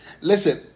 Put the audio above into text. Listen